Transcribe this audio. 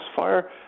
fire